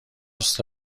دوست